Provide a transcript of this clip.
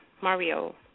Mario